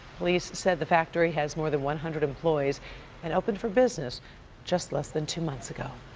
police said the factory has more than one hundred employees and open for business just less than two months ago.